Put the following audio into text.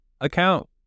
account